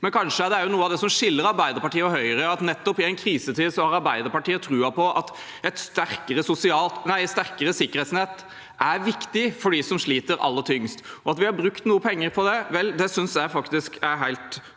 er kanskje noe av det som skiller Arbeiderpartiet og Høyre: Nettopp i en krisetid har Arbeiderpartiet troen på at et sterkere sikkerhetsnett er viktig for dem som sliter aller tyngst. At vi har brukt noe penger på det, synes jeg faktisk er helt